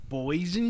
boys